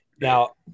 now